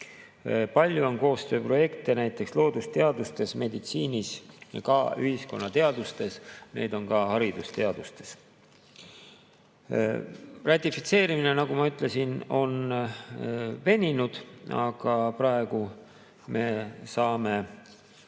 Palju on koostööprojekte näiteks loodusteadustes, meditsiinis, ühiskonnateadustes, aga ka haridusteadustes. Ratifitseerimine, nagu ma ütlesin, on veninud, aga praegu me saame